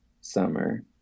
summer